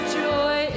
joy